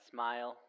Smile